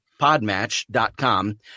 podmatch.com